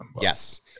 Yes